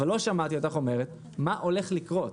אבל לא שמעתי אותך אומרת מה הולך לקרות,